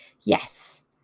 yes